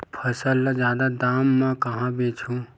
फसल ल जादा दाम म कहां बेचहु?